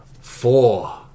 Four